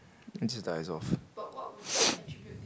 it just dies off